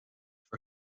for